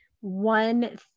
One